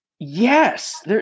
Yes